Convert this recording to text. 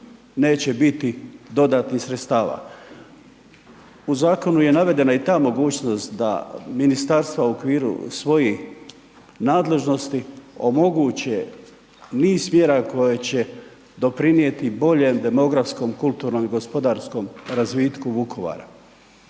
neće biti dodatnih sredstava. U zakonu je navedena i ta mogućnost da, ministarstva u okviru svojih nadležnosti omoguće niz mjera koje će doprinijeti i boljem demografskom, kulturnom i gospodarskom razvitku Vukovara.